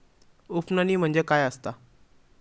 उफणणी म्हणजे काय असतां?